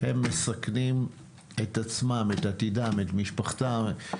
הם מסכנים את עצמם, את עתידם, את משפחתם.